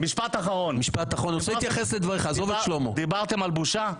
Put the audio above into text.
משפט אחרון, דיברתם על בושה?